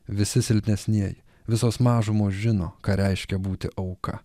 visi silpnesnieji visos mažumos žino ką reiškia būti auka